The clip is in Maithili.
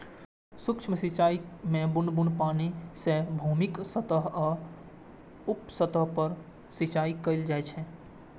सूक्ष्म सिंचाइ मे बुन्न बुन्न पानि सं भूमिक सतह या उप सतह पर सिंचाइ कैल जाइ छै